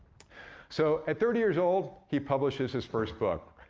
so, at thirty years old, he publishes his first book,